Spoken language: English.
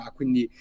quindi